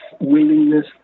willingness